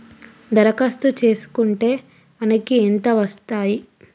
దరఖాస్తు చేస్కుంటే మనకి ఎంత వస్తాయి?